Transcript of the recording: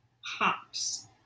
hops